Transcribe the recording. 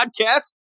podcast